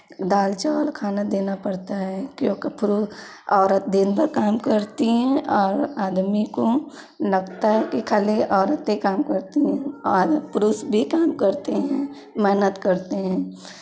दाल चाउर खाना देना पड़ता है क्योंकि औरत दिनभर काम करती हैं और आदमी को लगता है कि खाली औरतें काम करती है और पुरुष भी काम करते हैं मेहनत करते हैं